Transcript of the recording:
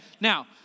Now